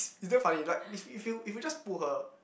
it's damn funny like if if you if you just pull her